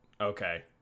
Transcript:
Okay